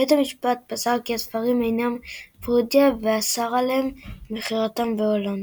בית המשפט פסק כי הספרים אינם פרודיה ואסר על מכירתם בהולנד.